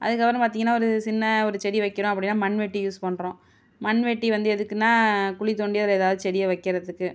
அதுக்கப்புறம் பார்த்திங்கனா ஒரு சின்ன ஒரு செடி வைக்கிறோம் அப்படின்னா மண்வெட்டி யூஸ் பண்ணுறோம் மண்வெட்டி வந்து எதுக்குன்னால் குழி தோண்டி அதில் ஏதா செடியை வைக்கிறதுக்கு